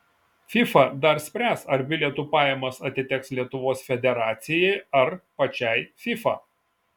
fifa dar spręs ar bilietų pajamos atiteks lietuvos federacijai ar pačiai fifa